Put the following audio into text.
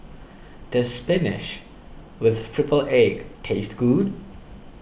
does Spinach with Triple Egg taste good